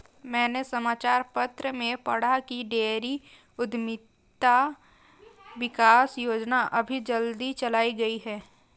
मैंने समाचार पत्र में पढ़ा की डेयरी उधमिता विकास योजना अभी जल्दी चलाई गई है